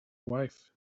wife